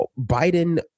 Biden